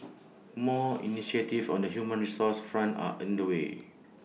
more initiatives on the human resources front are under way